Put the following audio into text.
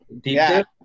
deep